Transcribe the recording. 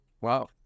Wow